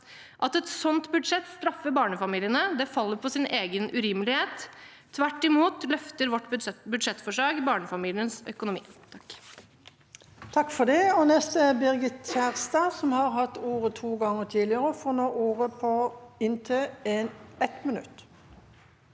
At et sånt budsjett straffer barnefamiliene, faller på sin egen urimelighet. Tvert imot løfter vårt budsjettforslag barnefamilienes økonomi.